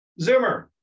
Zoomer